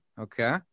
okay